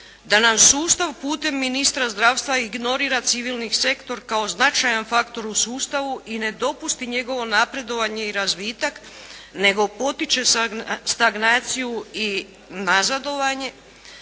da nam sustav putem ministra zdravstva ignorira civilni sektor kao značajan faktor u sustavu i ne dopusti njegovo napredovanje i razvitak, nego potiče stagnaciju i nazadovanje